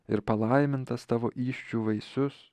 ir palaimintas tavo įsčių vaisius